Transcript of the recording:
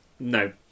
No